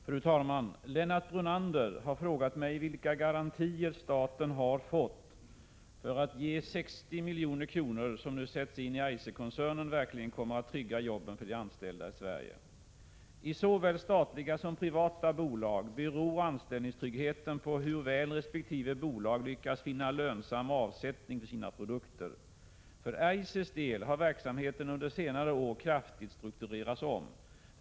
Fru talman! Lennart Brunander har frågat mig vilka garantier staten har fått för att de 60 milj.kr. som nu sätts in i Eiserkoncernen verkligen kommer att trygga jobben för de anställda i Sverige. I såväl statliga som privata bolag beror anställningstryggheten på hur väl resp. bolag lyckas finna lönsam avsättning för sina produkter. För Eisers del har verksamheten under senare år kraftigt strukturerats om.